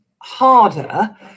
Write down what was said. harder